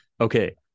Okay